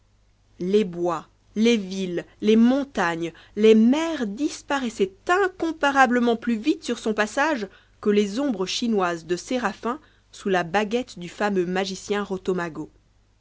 les bois les villes les montagnes les mers disparaissaient incomparablement plus vite sur son passage que les ombres chinoises de séraphin sous la baguette du fameux